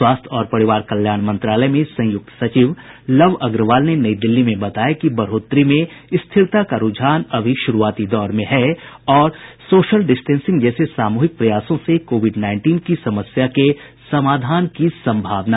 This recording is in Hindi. स्वास्थ्य और परिवार कल्याण मंत्रालय में संयुक्त सचिव लव अग्रवाल ने नई दिल्ली में बताया कि बढोतरी में स्थिरता का रूझान अभी शुरूआती दौर में है और सोशल डिस्टेंसिंग जैसे सामूहिक प्रयासों से कोविड नाईनटीन की समस्या के समाधान की संभावना है